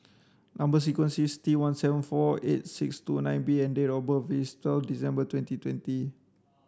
number sequence is T one seven four eight six two nine B and date of birth is twelve December twenty twenty